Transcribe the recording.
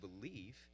believe